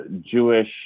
Jewish